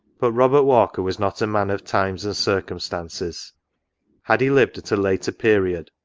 but robert walker was not a man of times and circumstances had he lived at a later period,